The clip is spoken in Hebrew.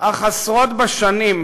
אך עשרות בשנים,